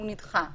הוא נדחה.